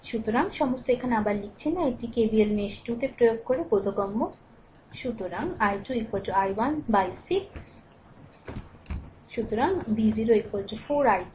সুতরাং সমস্ত এখানে আবার লিখছে না এটি KVL মেশ 2 তে প্রয়োগ করা বোধগম্য সুতরাং i2 i1 6 So সুতরাং v0 4 i2